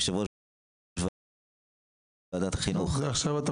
יושב-ראש ועדת החינוך, בבקשה.